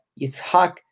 Yitzhak